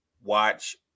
watch